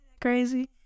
Crazy